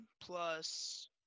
plus